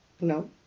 No